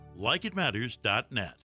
likeitmatters.net